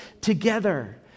together